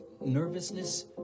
nervousness